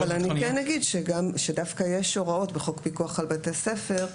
אבל אני כן אגיד שדווקא בחוק פיקוח על בתי הספר,